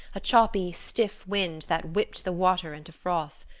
a choppy, stiff wind that whipped the water into froth.